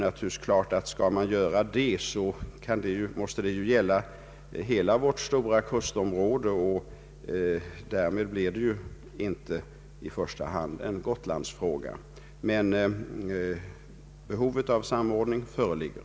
Det är klart att det då måste gälla hela vårt stora kustområde, och därmed blir det ju inte i första hand en Gotlandsfråga, men behovet av samordning föreligger.